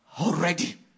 already